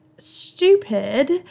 Stupid